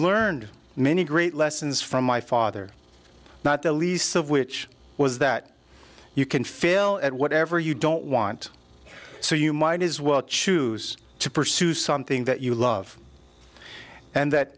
learned many great lessons from my father not the least of which was that you can fail at whatever you don't want so you might as well choose to pursue something that you love and that